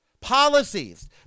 Policies